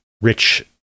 rich